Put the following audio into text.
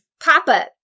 Papa